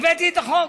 הבאתי את החוק.